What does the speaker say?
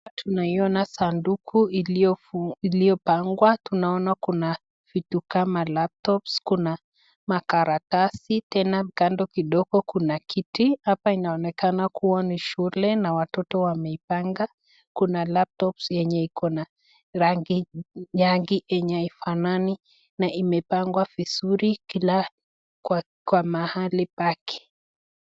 Tunaiona saduku iliyopangua, tunaona kuna vitu kama laptop ,Kuna makaratasi, tena kando kidogo kuna kiti, hapa inaonekana kuwa ni shule na watoto wameipanga, kuna laptops enye Iko na rangi enye haifanani na imepangua vizuri kila, kwa mahali pake .